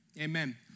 Amen